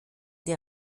die